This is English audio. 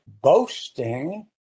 boasting